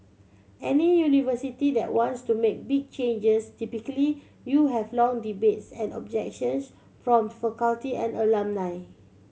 any university that wants to make big changes typically you have long debates and objections from faculty and alumni